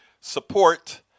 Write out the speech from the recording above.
Support